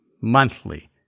monthly